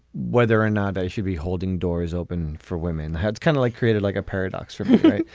whether or not i should be holding doors open for women that's kind of like created like a paradox for me.